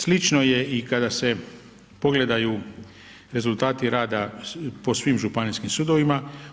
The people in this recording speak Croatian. Slično je i kada se pogledaju rezultati rada po svim županijskim sudovima.